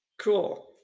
Cool